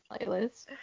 Playlist